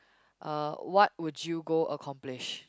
uh what would you go accomplish